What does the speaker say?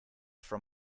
from